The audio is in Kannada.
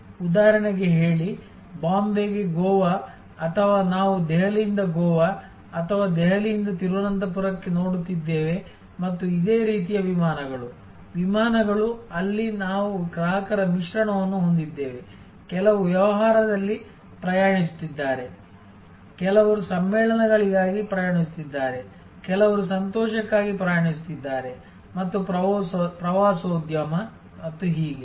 ಉದಾಹರಣೆಗೆ ಹೇಳಿ ಬಾಂಬೆಗೆ ಗೋವಾ ಅಥವಾ ನಾವು ದೆಹಲಿಯಿಂದ ಗೋವಾ ಅಥವಾ ದೆಹಲಿಯಿಂದ ತಿರುವನಂತಪುರಕ್ಕೆ ನೋಡುತ್ತಿದ್ದೇವೆ ಮತ್ತು ಇದೇ ರೀತಿಯ ವಿಮಾನಗಳು ವಿಮಾನಗಳು ಅಲ್ಲಿ ನಾವು ಗ್ರಾಹಕರ ಮಿಶ್ರಣವನ್ನು ಹೊಂದಿದ್ದೇವೆ ಕೆಲವರು ವ್ಯವಹಾರದಲ್ಲಿ ಪ್ರಯಾಣಿಸುತ್ತಿದ್ದಾರೆ ಕೆಲವರು ಸಮ್ಮೇಳನಗಳಿಗಾಗಿ ಪ್ರಯಾಣಿಸುತ್ತಿದ್ದಾರೆ ಕೆಲವರು ಸಂತೋಷಕ್ಕಾಗಿ ಪ್ರಯಾಣಿಸುತ್ತಿದ್ದಾರೆ ಮತ್ತು ಪ್ರವಾಸೋದ್ಯಮ ಮತ್ತು ಹೀಗೆ